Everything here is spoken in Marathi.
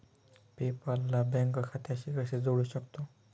पे पाल ला बँक खात्याशी कसे जोडू शकतो?